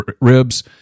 ribs